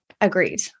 Agreed